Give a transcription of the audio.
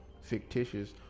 fictitious